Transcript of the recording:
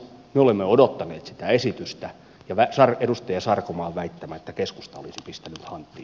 me olemme odottaneet sitä esitystä ja edustaja sarkomaan väittämään että keskusta olisi pistänyt hanttiin